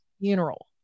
funeral